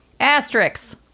Asterix